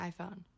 iPhone